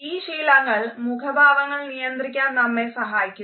ഈ ശീലങ്ങൾ മുഖഭാവങ്ങൾ നിയന്ത്രിക്കാൻ നമ്മെ സഹായിക്കുന്നു